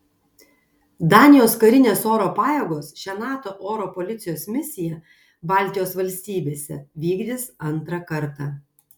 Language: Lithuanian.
danijos karinės oro pajėgos šią nato oro policijos misiją baltijos valstybėse vykdys antrą kartą